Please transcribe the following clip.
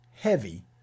heavy